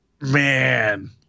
Man